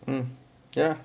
um ya